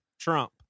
Trump